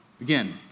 Again